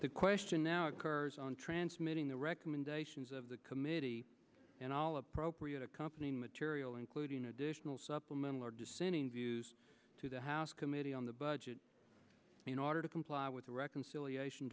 the question now occurs on transmitting the recommendations of the committee and all appropriate accompanying material including additional supplemental or dissenting views to the house committee on the budget in order to comply with the reconciliation